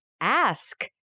ask